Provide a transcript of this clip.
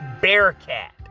Bearcat